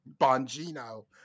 Bongino